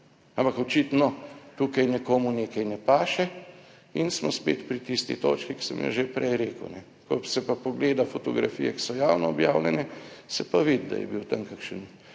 Ampak očitno tukaj nekomu nekaj ne paše in smo spet pri tisti točki, ki sem jo že prej rekel, ko se pa pogleda fotografije, ki so javno objavljene, se pa vidi, da je bil tam kakšen